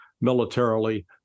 militarily